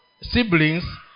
siblings